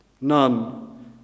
None